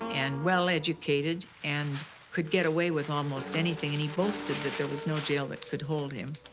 and well-educated, and could get away with almost anything, and he boasted that there was no jail that could hold him.